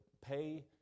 Pay